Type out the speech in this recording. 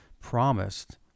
promised